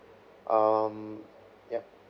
um yup